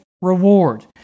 reward